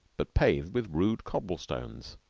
but paved with rude cobblestones,